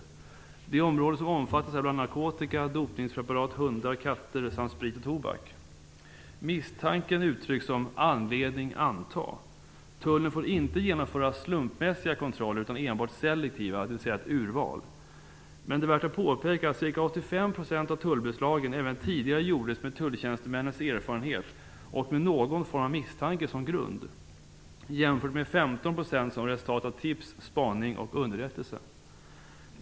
De områden som omfattas är bl.a. narkotika, dopningpreparat, hundar och katter samt sprit och tobak. Misstanken uttrycks som "anledning anta". Tullen får inte genomföra slumpmässiga kontroller utan enbart selektiva, dvs. ett urval. Men det är värt att påpeka att ca 85 % av tullbeslagen även tidigare gjordes med tulltjänstemännens erfarenhet och med någon form av misstanke som grund, jämfört med 15 % som resultat av tips, spaning och underrättelse.